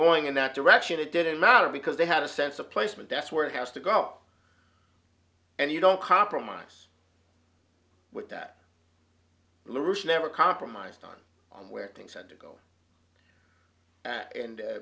going in that direction it didn't matter because they had a sense of placement that's where it has to go and you don't compromise with that never compromise down on where things had to go and